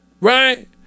right